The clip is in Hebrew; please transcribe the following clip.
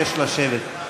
נא לשבת.